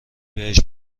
بهش